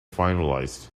finalized